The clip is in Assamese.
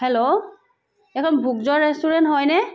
হেল্লো এইখন ভোগজৰা ৰেষ্টুৰেণ্ট হয়নে